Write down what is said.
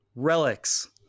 relics